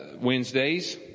Wednesdays